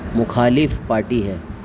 مخالف پارٹی ہے